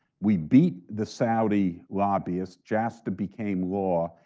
we beat the saudi lobbyists, jasta became law,